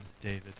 David